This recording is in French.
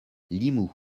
limoux